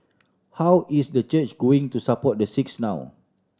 how is the church going to support the six now